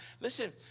listen